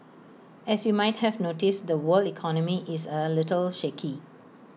as you might have noticed the world economy is A little shaky